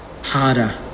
Harder